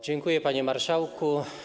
Dziękuję, panie marszałku.